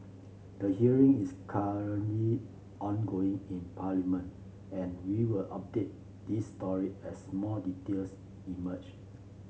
the hearing is currently ongoing in Parliament and we will update this story as more details emerge